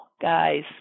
guys